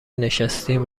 نشستیم